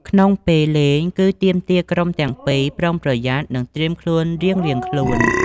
ក្នុងពេលលេងគឺទាមទារឲ្យក្រុមទាំងពីរ ប្រុងប្រយ័ត្ននិងត្រៀមខ្លួនរៀងៗខ្លួន។